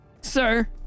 Sir